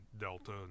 Delta